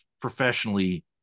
professionally